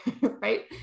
right